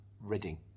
Reading